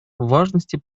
важности